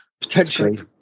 Potentially